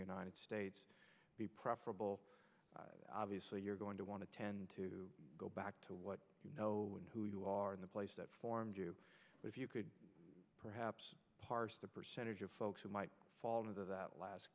united states be preferable obviously you're going to want to tend to go back to what you know and who you are in the place that formed you if you could perhaps parse the percentage of folks who might fall out of that last